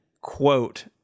quote